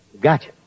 Gotcha